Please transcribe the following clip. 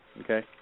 Okay